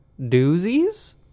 doozies